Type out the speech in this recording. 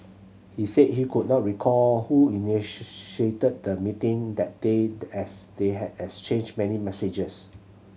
he said he could not recall who the meeting that day as they had exchanged many messages